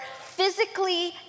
physically